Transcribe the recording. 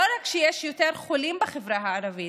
לא רק שיש יותר חולים בחברה הערבית,